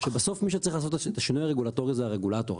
שבסוף מי שצריך לעשות את השינוי הרגולטורי זה הרגולטור.